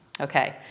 Okay